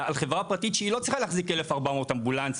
על חברה פרטית שהיא לא צריכה להחזיק 1,400 אמבולנסים.